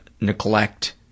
neglect